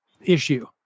issue